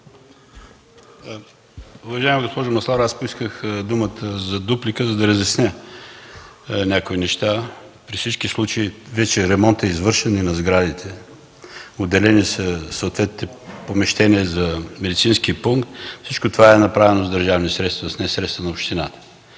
Уважаема госпожо Масларова, поисках думата за дуплика, за да разясня някои неща. При всички случаи ремонтът на сградите вече е извършен. Отделени са съответните помещения за медицински пункт. Всичко това е направено с държавни средства, не със средствата на общината